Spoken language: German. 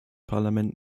parlament